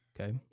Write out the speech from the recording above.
Okay